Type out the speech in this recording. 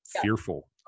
fearful